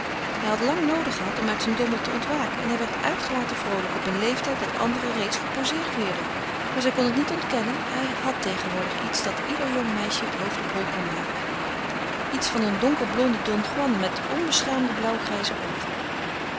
hij had lang noodig gehad om uit zijn dommel te ontwaken en hij werd uitgelaten vroolijk op een leeftijd dat anderen reeds gepozeerd wierden maar zij kon het zich niet ontkennen hij had tegenwoordig iets dat ieder jong meisje het hoofd op hol kon maken iets van een donkerblonden don juan met onbeschaamde blauwgrijze oogen